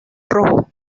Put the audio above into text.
rojo